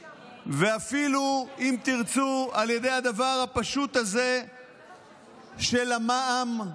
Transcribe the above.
ואפילו, אם תרצו, על ידי הדבר הפשוט הזה של המע"מ,